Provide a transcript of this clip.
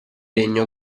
legno